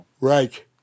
Right